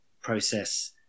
process